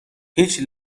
هیچ